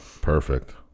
Perfect